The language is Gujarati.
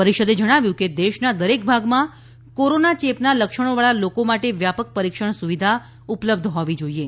પરિષદે જણાવ્યું કે દેશના દરેક ભાગમાં કોરોના ચેપના લક્ષણોવાળા લોકો માટે વ્યાપક પરિક્ષણ સુવિધા ઉપલબ્ધ હોવી જોઇએ